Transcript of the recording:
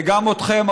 וגם אתכם,